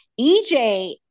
EJ